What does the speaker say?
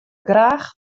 graach